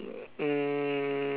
mm